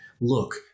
look